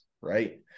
right